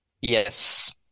Yes